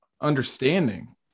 understanding